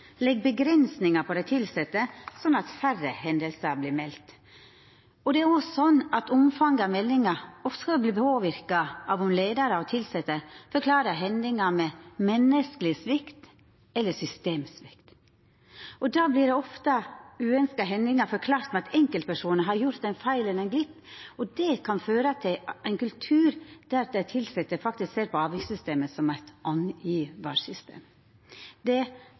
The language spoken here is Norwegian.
legg avgrensingar på dei tilsette, slik at færre hendingar vert melde. Det er òg slik at omfanget av meldingar også vert påverka av om leiarar og tilsette forklarar hendinga med «menneskeleg svikt» eller «systemsvikt». Uønskte hendingar vert ofte forklart med at enkeltpersonar har gjort ein feil eller glipp, det kan føra til ein kultur der tilsette faktisk ser på avvikssystemet som eit angivarsystem. Det bør me følgja opp. Eg sa det